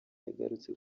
yagarutse